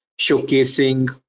showcasing